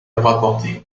rapporté